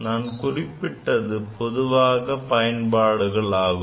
நான் குறிப்பிட்டது பொதுவான பயன்பாடுகள் ஆகும்